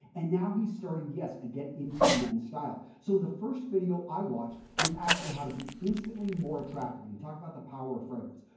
and now, he started, yes, to get into men style. so, the first video i watched was actually how to be instantly more attractive and but he talked about the power of fragrance.